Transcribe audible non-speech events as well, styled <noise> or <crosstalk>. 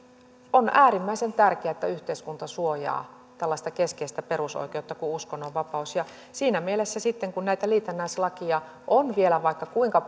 on äärimmäisen tärkeää että yhteiskunta suojaa tällaista keskeistä perusoikeutta kuin uskonnonvapaus siinä mielessä sitten kun näitä liitännäislakeja on vielä vaikka kuinka <unintelligible>